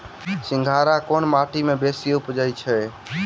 सिंघाड़ा केँ माटि मे बेसी उबजई छै?